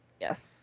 Yes